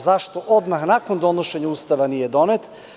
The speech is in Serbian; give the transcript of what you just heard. Zašto odmah nakon donošenja Ustava nije donet?